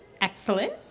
Excellent